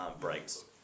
breaks